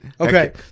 Okay